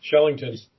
Shellington